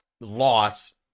loss